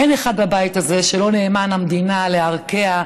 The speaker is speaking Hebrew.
אין אחד בבית הזה שלא נאמן למדינה, לערכיה.